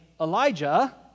Elijah